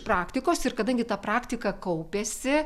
praktikos ir kadangi ta praktika kaupėsi